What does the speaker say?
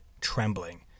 Trembling